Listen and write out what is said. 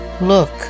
Look